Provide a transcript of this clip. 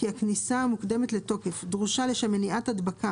כי הכניסה המוקדמת לתוקף דרושה לשם מניעת הדבקה